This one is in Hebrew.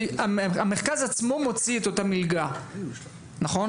המרכז עצמו מוציא את אותה מלגה, נכון?